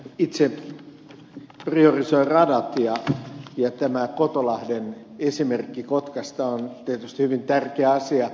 itse priorisoin radat ja tämä kotolahden esimerkki kotkasta on tietysti hyvin tärkeä asia